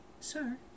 Sir